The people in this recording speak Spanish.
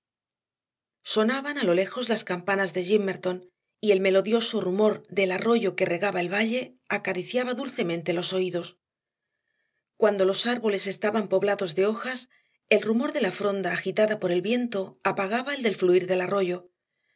sonaban a lo lejos las campanas de gimmerton y el melodioso rumor del arroyo que regaba el valle acariciaba dulcemente los oídos cuando los árboles estaban poblados de hojas el rumor de la fronda agitada por el viento apagaba el del fluir del arroyo en